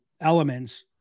elements